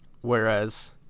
Whereas